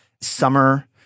summer